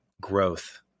growth